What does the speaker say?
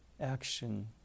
action